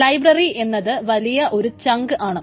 library എന്നത് വലിയ ഒരു ചങ്ക് ആണ്